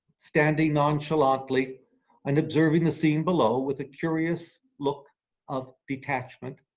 standing nonchalantly and observing the scene below with a curious, look of detachment,